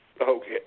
Okay